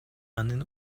анын